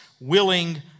willing